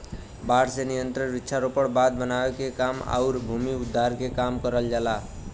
बाढ़ पे नियंत्रण वृक्षारोपण, बांध बनावे के काम आउर भूमि उद्धार के काम करल जाला